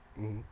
mm